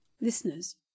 listeners